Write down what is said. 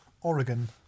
Oregon